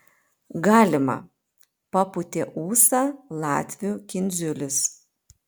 galima papūtė ūsą latvių kindziulis